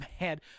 mad